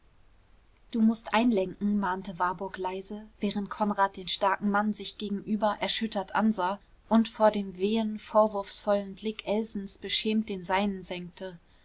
du mußt einlenken mahnte warburg leise während konrad den starken mann sich gegenüber erschüttert ansah und vor dem wehen vorwurfsvollen blick elsens beschämt den seinen senkte